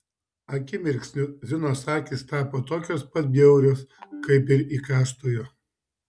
akimirksniu zinos akys tapo tokios pat bjaurios kaip ir įkąstojo